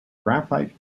graphite